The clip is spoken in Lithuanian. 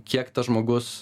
kiek tas žmogus